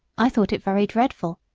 i thought it very dreadful,